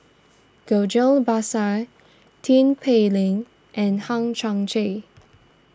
Ghillie Basan Tin Pei Ling and Hang Chang Chieh